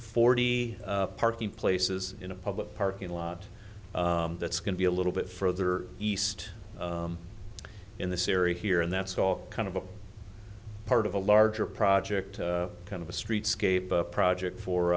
forty parking places in a public parking lot that's going to be a little bit further east in this area here and that's all kind of a part of a larger project kind of a streetscape project